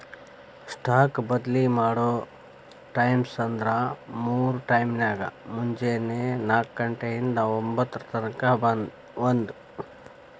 stock ಬದ್ಲಿ ಮಾಡೊ ಟೈಮ್ವ್ಂದ್ರ ಮೂರ್ ಟೈಮ್ನ್ಯಾಗ, ಮುಂಜೆನೆ ನಾಕ ಘಂಟೆ ಇಂದಾ ಒಂಭತ್ತರ ತನಕಾ ಒಂದ್